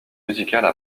musicales